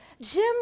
Jim